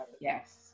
Yes